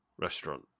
restaurant